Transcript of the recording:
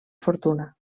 fortuna